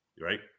right